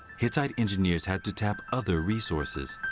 hittite engineers had to tap other resources.